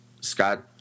Scott